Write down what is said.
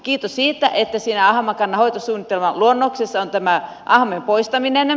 kiitos siitä että ahmakannan hoitosuunnitelman luonnoksessa on ahmojen poistaminen